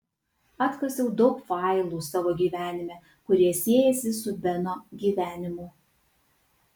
atkasiau daug failų savo gyvenime kurie siejasi su beno gyvenimu